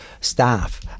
staff